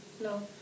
No